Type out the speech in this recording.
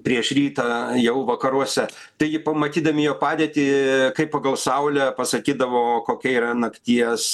prieš rytą jau vakaruose taigi pamatydami jo padėtį kaip pagal saulę pasakydavo kokia yra nakties